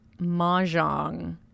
Mahjong